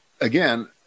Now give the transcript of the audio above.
again